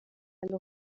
elle